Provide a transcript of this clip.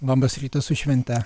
labas rytas su švente